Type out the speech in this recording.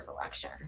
election